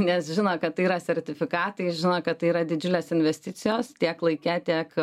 nes žino kad tai yra sertifikatai žino kad tai yra didžiulės investicijos tiek laike tiek